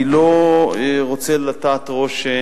אני לא רוצה לטעת רושם